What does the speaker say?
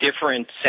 different